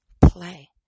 play